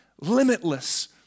limitless